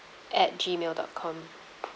at G mail dot com